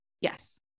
yes